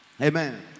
Amen